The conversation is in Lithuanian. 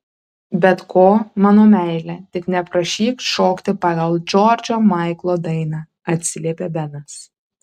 bet ko mano meile tik neprašyk šokti pagal džordžo maiklo dainą atsiliepė benas